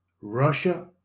Russia